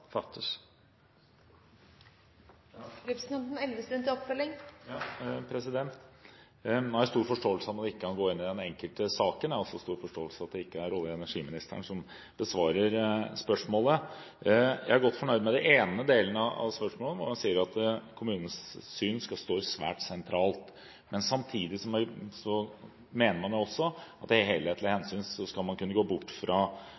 Jeg har stor forståelse for at man ikke kan gå inn i den enkelte saken. Jeg har også stor forståelse for at det ikke er olje- og energiministeren som besvarer spørsmålet. Jeg er godt fornøyd med den ene delen av svaret på spørsmålet, når man sier at kommunens syn skal stå svært sentralt. Men samtidig mener man også at det helhetlige hensynet gjør at man skal kunne gå bort fra